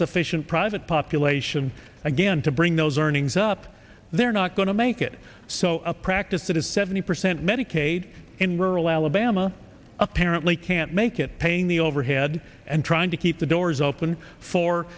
sufficient private population again to bring those earnings up they're not going to make it so a practice that is seventy percent medicaid in rural alabama apparently can't make it paying the overhead and trying to keep the doors open for